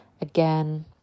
Again